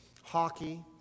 hockey